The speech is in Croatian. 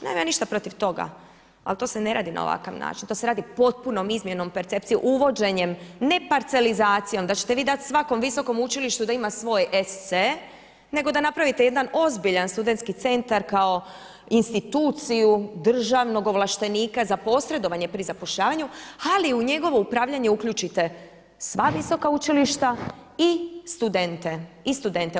Nemam ja ništa protiv toga, ali to se ne radi na ovakav način, to se radi potpunom izmjenom percepcije, uvođenjem ne parcelizacijom da ćete vi dati svakom visokom učilištu da ima svoj SC nego da napravite jedan ozbiljan SC kao instituciju državnog ovlaštenika za posredovanje pri zapošljavanju, ali u njegovo upravljanje uključite sva visoka učilišta i studente.